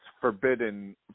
forbidden